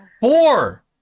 four